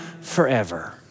forever